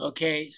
Okay